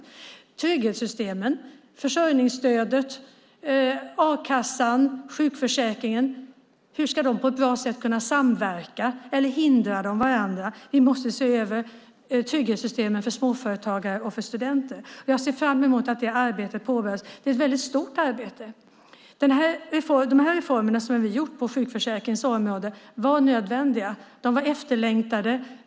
Hur ska trygghetssystemen - försörjningsstödet, a-kassan och sjukförsäkringen - på ett bra sätt kunna samverka? Hindrar de varandra? Vi måste se över trygghetssystemen för småföretagare och studenter. Jag ser fram emot att det arbetet påbörjas. Det är ett väldigt stort arbete. De reformer som vi gjort på sjukförsäkringens område var nödvändiga och efterlängtade.